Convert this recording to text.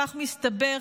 כך מסתבר,